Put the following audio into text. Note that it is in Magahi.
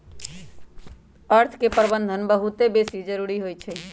अर्थ के प्रबंधन बहुते बेशी जरूरी होइ छइ